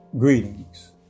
Greetings